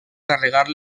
carregar